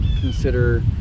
consider